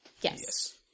Yes